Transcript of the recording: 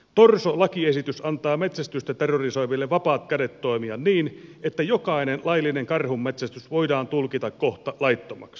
torso lakiesitys antaa metsästystä terrorisoiville vapaat kädet toimia niin että jokainen laillinen karhunmetsästys voidaan tulkita kohta laittomaksi